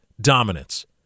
dominance